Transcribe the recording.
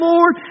Lord